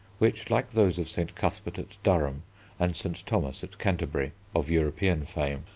which, like those of st. cuthbert at durham and st. thomas at canterbury of european fame,